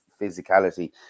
physicality